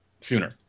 sooner